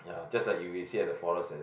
ya just like if you see at the forest like that